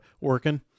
working